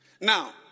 Now